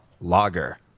Lager